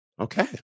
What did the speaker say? Okay